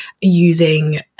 using